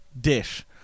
Dish